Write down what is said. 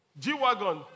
G-Wagon